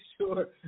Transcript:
sure